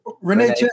Renee